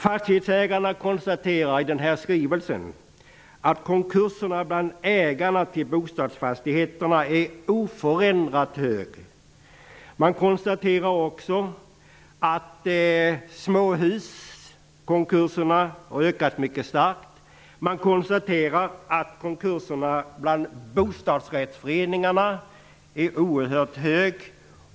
Fastighetsägarna konstaterar i denna skrivelse att antalet konkurser bland ägarna till bostadsfastigheterna är oförändrat högt. De konstaterar också att småhuskonkurserna har ökat mycket snabbt och att konkurserna bland bostadsrättsföreningarna är oerhört många.